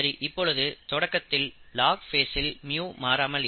சரி இப்பொழுது தொடக்கத்தில் லாக் ஃபேஸ்சில் µ மாறாமல் இருக்கும்